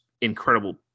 incredible